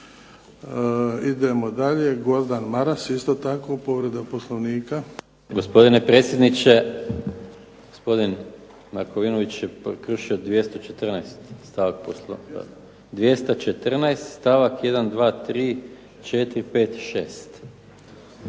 Idemo dalje, Gordan Maras isto tako povreda Poslovnika. **Maras, Gordan (SDP)** Gospodine predsjedniče, gospodin Markovinović je prekršio 214. stavak Poslovnika, 214. stavak 1., 2., 3., 4., 5., 6.,